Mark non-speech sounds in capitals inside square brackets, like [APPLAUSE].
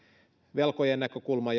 velkojien näkökulma [UNINTELLIGIBLE]